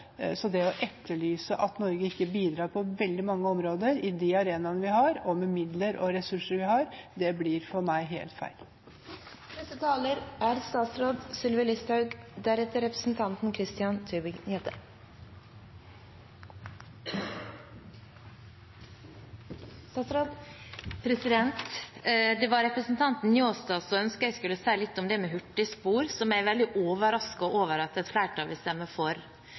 Så det å etterlyse at Norge ikke bidrar på veldig mange områder i de arenaene vi er i og med de midlene og ressursene vi har, blir for meg helt feil. Det var representanten Njåstads ønske at jeg skulle si litt om det med hurtigspor, som jeg er veldig overrasket over at et flertall vil stemme for.